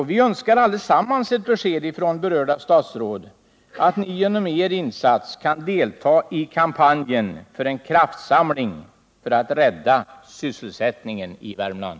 Vi önskar allesammans ett besked från berörda statsråd om att ni med er insats vill delta i kampen för en kraftsamling för att rädda sysselsättningen i Värmland.